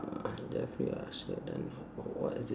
uh jeffrey archer then what is it